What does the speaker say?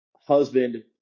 husband